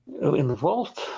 involved